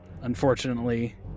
unfortunately